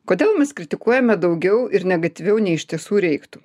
kodėl mes kritikuojame daugiau ir negatyviau nei iš tiesų reiktų